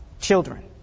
children